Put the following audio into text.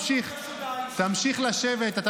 הוא